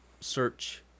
search